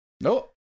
nope